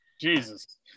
Jesus